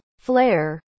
flare